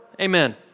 Amen